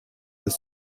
this